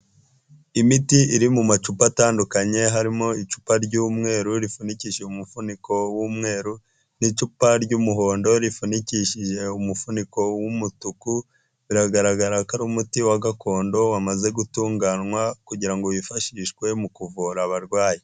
Imiti iri mu macupa atandukanye, harimo icupa ry'umweru rifunikishije umufuniko w'umweru, n'icupa ry'umuhondo rifunikishije umufuniko w'umutuku, biragaragara ko ari umuti wa Gakondo wamaze gutunganywa kugirango ngo wifashishwe mu kuvura abarwayi.